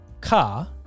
car